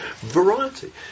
variety